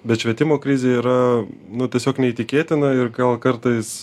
bet švietimo krizė yra nu tiesiog neįtikėtina ir gal kartais